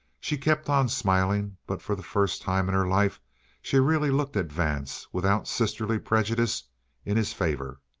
she kept on smiling, but for the first time in her life she really looked at vance without sisterly prejudice in his favor.